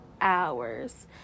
hours